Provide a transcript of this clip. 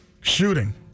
Shooting